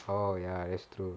oh ya that's true